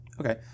Okay